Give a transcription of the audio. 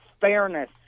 fairness